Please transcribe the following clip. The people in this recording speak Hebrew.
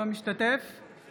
אינו משתתף בהצבעה